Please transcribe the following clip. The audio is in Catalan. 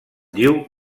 diu